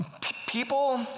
people